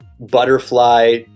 butterfly